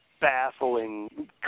baffling